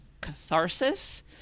catharsis